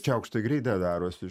čiaukšt tai greitai darosi